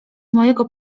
mojego